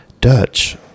dutch